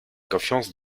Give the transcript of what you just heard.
confiance